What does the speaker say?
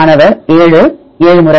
மாணவர் 7 7 முறை